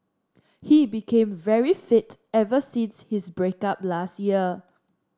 he became very fit ever since his break up last year